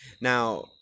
Now